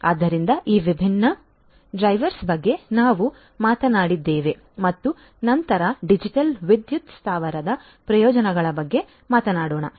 ಆದ್ದರಿಂದ ಈ ವಿಭಿನ್ನ ಡ್ರೈವರ್ಸ್ ಬಗ್ಗೆ ನಾವು ಮಾತನಾಡಿದ್ದೇವೆ ಮತ್ತು ನಂತರ ಡಿಜಿಟಲ್ ವಿದ್ಯುತ್ ಸ್ಥಾವರದ ಪ್ರಯೋಜನಗಳ ಬಗ್ಗೆ ಮಾತನಾಡೋಣ